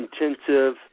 intensive